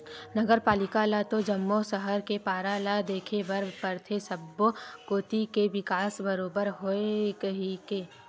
नगर पालिका ल तो जम्मो सहर के पारा ल देखे बर परथे सब्बो कोती के बिकास बरोबर होवय कहिके